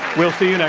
we'll see you know